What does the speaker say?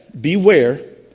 beware